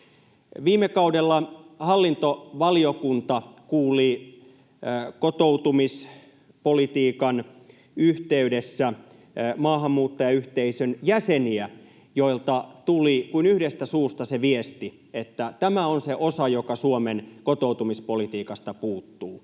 Viime kaudella hallintovaliokunta kuuli kotoutumispolitiikan yhteydessä maahanmuuttajayhteisön jäseniä, joilta tuli kuin yhdestä suusta se viesti, että tämä on se osa, joka Suomen kotoutumispolitiikasta puuttuu,